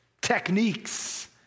techniques